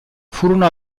furono